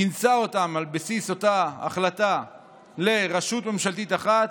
כינסה אותם על בסיס אותה החלטה לרשות ממשלתית אחת,